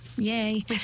yay